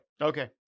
Okay